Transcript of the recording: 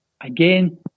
again